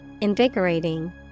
invigorating